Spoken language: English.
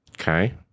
Okay